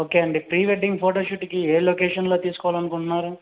okay అండి pre wedding ఫోటోఘాట్కి ఏ లొకేషన్లో తీసుకోవాలి అనుకుంటున్నారు